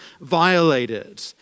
violated